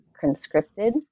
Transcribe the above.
conscripted